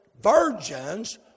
virgins